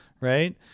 right